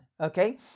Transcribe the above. okay